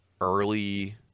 early